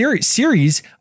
series